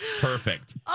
Perfect